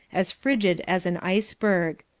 as frigid as an iceberg.